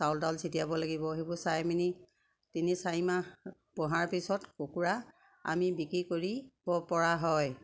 চাউল তাউল ছিটিয়াব লাগিব সেইবোৰ তিনি চাৰি মাহ পোহাৰ পিছত কুকুৰা আমি বিক্ৰী কৰিব পৰা হয়